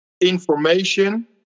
information